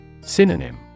Synonym